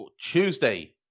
Tuesday